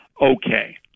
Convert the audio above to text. Okay